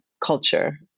culture